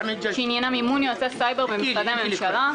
שעניינה מימון יועצי סייבר במשרדי הממשלה.